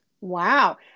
Wow